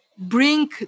bring